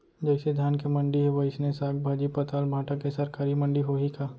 जइसे धान के मंडी हे, वइसने साग, भाजी, पताल, भाटा के सरकारी मंडी होही का?